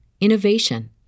innovation